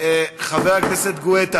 חבר הכנסת גואטה,